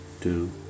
two